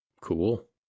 Cool